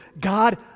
God